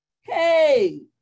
Hey